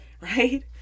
Right